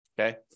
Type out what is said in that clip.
okay